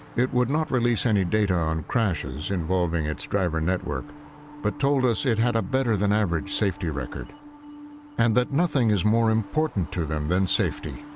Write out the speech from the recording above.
it would not release any data on crashes involving its driver network but told us it had a better than average safety record and that nothing is more important to them than safety.